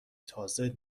تازه